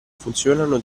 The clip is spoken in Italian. funzionano